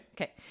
Okay